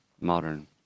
modern